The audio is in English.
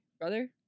brother